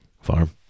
farm